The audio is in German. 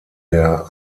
der